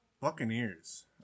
Buccaneers